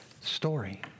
story